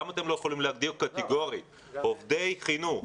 למה אתם לא יכולים להגדיר קטגורית: עובדי חינוך,